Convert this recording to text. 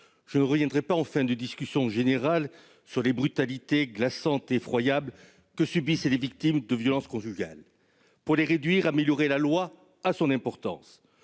je ne reviendrai pas sur les brutalités glaçantes et effroyables que subissent les victimes de violences conjugales. Pour les réduire, améliorer la loi a son importance.